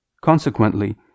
Consequently